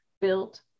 built